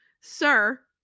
sir